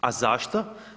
A zašto?